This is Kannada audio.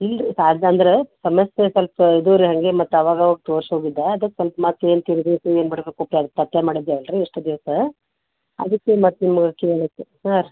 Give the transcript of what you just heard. ಇಲ್ಲ ರೀ ಅದು ಅಂದ್ರೆ ಸಮಸ್ಯೆ ಸ್ವಲ್ಪ ಇದು ರೀ ಹಾಗೆ ಮತ್ತೆ ಅವಗವಾಗ ತೋರ್ಸಿ ಹೋಗಿದ್ದಾ ಅದುಕ್ಕೆ ಮತ್ತೆ ಏನು ಕೇಳಬೇಕು ಏನು ಬಿಡಬೇಕು ಅಂತ ಪತ್ತೆ ಮಾಡಕೆ ಹೇಳಿರಿ ಎಷ್ಟು ದಿವಸ ಅದಿಕ್ಕೆ ಮತ್ತೆ ನಿಮ್ಗೆ ಕೇಳಿದ್ದು ಹಾಂ